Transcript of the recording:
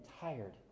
tired